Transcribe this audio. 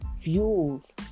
fuels